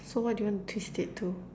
so what do you wanna twist it to